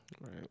right